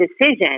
decision